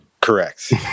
Correct